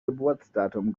geburtsdatum